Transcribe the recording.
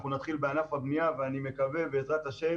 אנחנו נתחיל בענף הבנייה ואני מקווה, בעזרת ה',